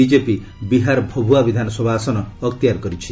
BJP Bihar Bhabua ବିଧାନସଭା ଆସନ ଅକ୍ତିଆର କରିଛି